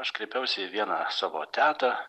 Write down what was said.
aš kreipiausi į vieną savo tetą